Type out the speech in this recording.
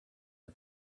the